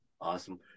Awesome